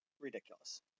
ridiculous